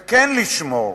וכן לשמור